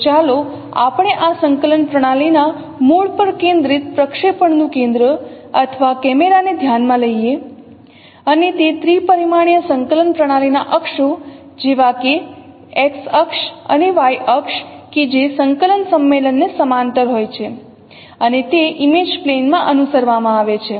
તો ચાલો આપણે આ સંકલન પ્રણાલીના મૂળ પર કેન્દ્રિત પ્રક્ષેપણનું કેન્દ્ર અથવા કેમેરા ને ધ્યાનમાં લઈએ અને તે ત્રિપરિમાણીય સંકલન પ્રણાલીના અક્ષોજેવાકે X અક્ષ અને Y અક્ષ કે જે સંકલન સંમેલન ને સમાંતર હોય છે અને તે ઇમેજ પ્લેન માં અનુસરવામાં આવે છે